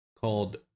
called